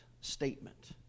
Statement